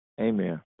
Amen